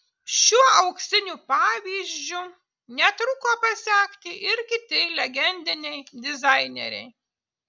šiuo auksiniu pavyzdžiu netruko pasekti ir kiti legendiniai dizaineriai